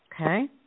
Okay